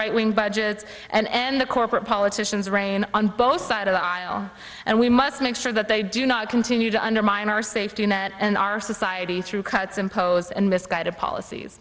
right wing budgets and the corporate politicians reign on both side of the aisle and we must make sure that they do not continue to undermine our safety net and our society through cuts imposed and misguided policies